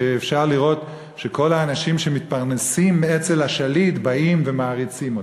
שאפשר לראות שכל האנשים שמתפרנסים אצל השליט באים ומעריצים אותו.